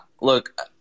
Look –